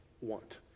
want